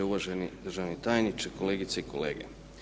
Uvaženi državni tajniče, kolegice i kolege.